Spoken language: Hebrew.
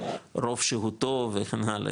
רוב שהותו וכן הלאה,